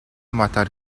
matar